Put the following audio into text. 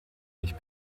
mich